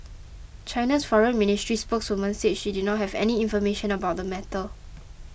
China's foreign ministry spokeswoman said she did not have any information about the matter